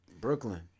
Brooklyn